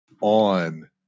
on